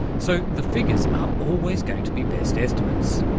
so the figures are always going to be best estimates.